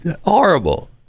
horrible